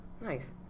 Nice